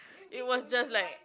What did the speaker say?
it was just like